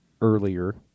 earlier